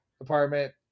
apartment